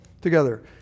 together